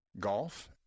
golf